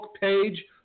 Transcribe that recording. page